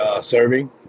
serving